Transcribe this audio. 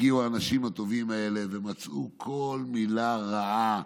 הגיעו האנשים הטובים האלה ומצאו כל מילה רעה,